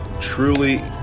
truly